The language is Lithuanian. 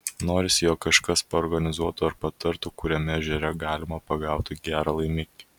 norisi jog kažkas paorganizuotų ar patartų kuriame ežere galima pagauti gerą laimikį